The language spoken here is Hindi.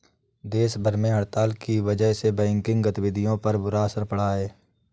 देश भर में हड़ताल की वजह से बैंकिंग गतिविधियों पर बुरा असर पड़ा है